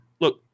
look